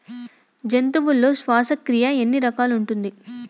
జంతువులలో శ్వాసక్రియ ఎన్ని రకాలు ఉంటది?